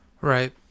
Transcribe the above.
right